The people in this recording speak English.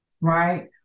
right